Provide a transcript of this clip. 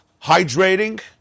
hydrating